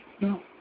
no